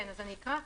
אני אקרא: